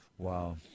Wow